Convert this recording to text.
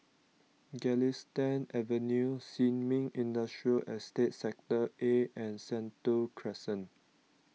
Galistan Avenue Sin Ming Industrial Estate Sector A and Sentul Crescent